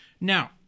now